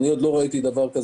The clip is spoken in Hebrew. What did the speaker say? אני עוד לא ראיתי חלופה,